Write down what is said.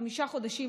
חמישה חודשים,